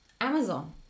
Amazon